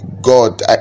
God